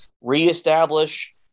reestablish –